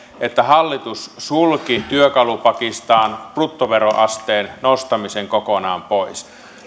että hallitus sulki työkalupakistaan bruttoveroasteen nostamisen kokonaan pois